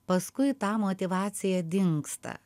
paskui ta motyvacija dingsta